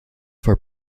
for